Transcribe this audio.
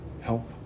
help